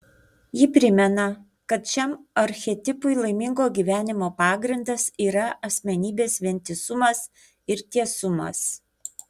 ji primena kad šiam archetipui laimingo gyvenimo pagrindas yra asmenybės vientisumas ir tiesumas